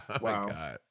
Wow